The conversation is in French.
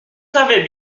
savez